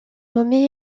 nommé